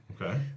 Okay